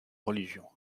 religion